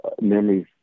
memories